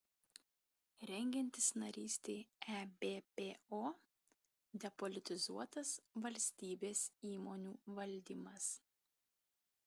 rengiantis narystei ebpo depolitizuotas valstybės įmonių valdymas